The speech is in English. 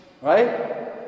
Right